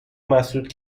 مسدود